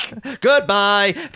Goodbye